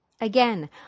Again